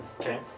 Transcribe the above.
Okay